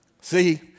See